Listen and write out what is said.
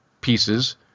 pieces